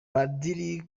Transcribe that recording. padiri